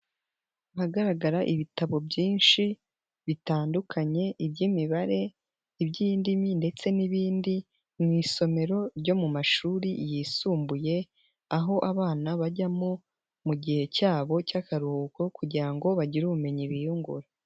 Ahagaragara ibitabo byinshi bitandukanye iby'imibare, iby'indimi ndetse n'ibindi mu isomero ryo mu mashuri yisumbuye, aho abana bajyamo mu gihe cyabo cy'akaruhuko kugira ngo bagire ubumenyi biyungura.